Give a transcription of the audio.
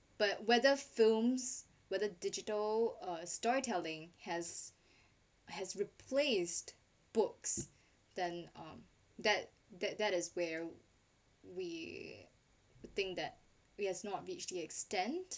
but whether films whether digital storytelling has has replaced books than um that that that is where we would think that we has not reached the extent